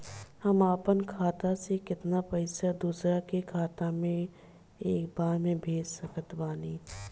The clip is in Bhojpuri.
हम अपना खाता से केतना पैसा दोसरा के खाता मे एक बार मे भेज सकत बानी?